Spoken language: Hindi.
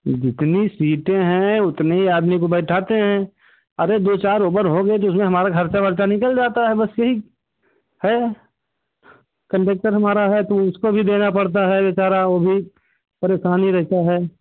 ये जितनी सीटें हैं उतनी ही आदमी को बैठाते हैं अरे दो चार ओवर हो गई तो उसमें हमारा खर्चा वर्चा निकल जाता है बस यही है कंडक्टर हमारा है तो उसको भी देना पड़ता है बेचारा वो भी परेशान ही रहता है